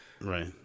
Right